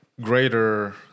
greater